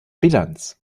bilanz